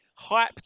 Hyped